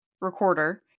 recorder